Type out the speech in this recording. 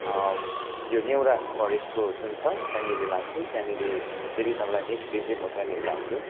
यो नेउरा फरेस्टको जुन छ त्यहाँनेरि लान्छु त्यहाँनेरि फेरि तपाईँलाई नेक्स्ट डे चाहिँ म त्यहाँनेरि लान्छु